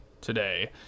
today